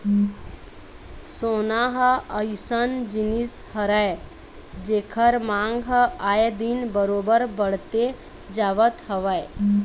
सोना ह अइसन जिनिस हरय जेखर मांग ह आए दिन बरोबर बड़ते जावत हवय